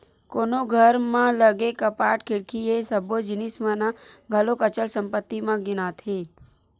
कोनो घर म लगे कपाट, खिड़की ये सब्बो जिनिस मन ह घलो अचल संपत्ति म गिनाथे